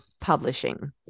publishing